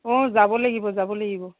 অ যাব লাগিব যাব লাগিব